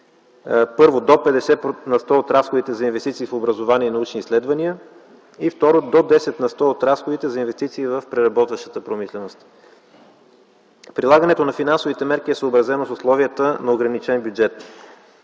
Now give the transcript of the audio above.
а) до 50 на сто от разходите за инвестиции в образование и научни изследвания; б) до 10 на сто от разходите за инвестиции в преработващата промишленост. Трето, прилагането на финансовите мерки е съобразено с условията на ограничен бюджет.